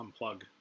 unplug